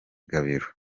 gabiro